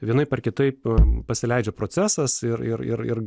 vienaip ar kitaip pasileidžia procesas ir ir ir